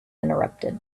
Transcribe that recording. interrupted